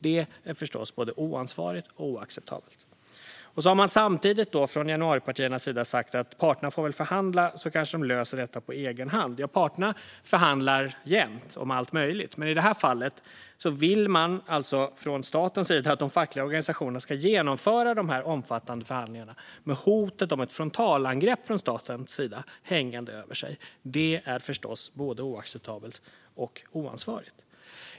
Det är förstås både oansvarigt och oacceptabelt. Sedan har man samtidigt från januaripartiernas sida sagt att parterna får väl förhandla, så kanske de löser detta på egen hand. Ja, parterna förhandlar jämt om allt möjligt, men i det här fallet vill man från statens sida att de fackliga organisationerna ska genomföra de omfattande förhandlingarna med hotet om ett frontalangrepp från statens sida hängande över sig. Det är förstås både oacceptabelt och oansvarigt.